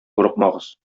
курыкмагыз